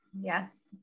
yes